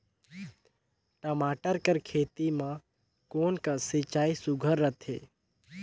टमाटर कर खेती म कोन कस सिंचाई सुघ्घर रथे?